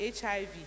hiv